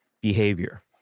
behavior